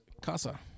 Casa